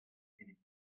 evit